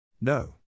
no